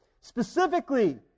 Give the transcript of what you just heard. specifically